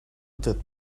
that